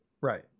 right